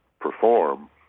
perform